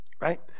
right